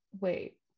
wait